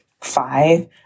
five